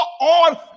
on